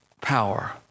power